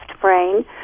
brain